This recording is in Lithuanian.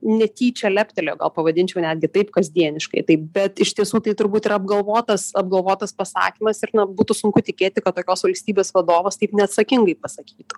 netyčia leptelėjo gal pavadinčiau netgi taip kasdieniškai taip bet iš tiesų tai turbūt yra apgalvotas apgalvotas pasakymas ir na būtų sunku tikėti kad tokios valstybės vadovas taip neatsakingai pasakytų